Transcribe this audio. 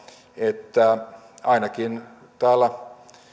että ainakin